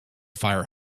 fire